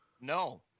No